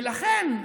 לכן,